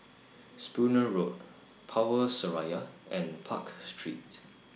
Spooner Road Power Seraya and Park Street